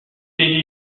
télé